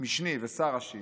משני ושר ראשי